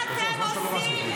מה אתם עושים?